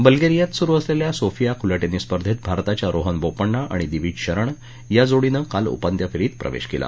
बुल्गोरियात सुरु असलेल्या सोफिया खुल्या टेनिस स्पर्धेत भारताच्या रोहन बोपण्णा आणि दिविज शरण या जोडीनं काल उपान्त्य फेरीत प्रवेश केला